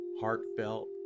heartfelt